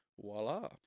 voila